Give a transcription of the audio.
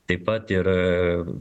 taip pat ir